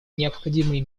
необходимые